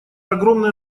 огромная